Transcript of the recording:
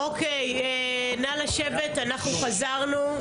אנחנו חזרנו.